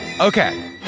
Okay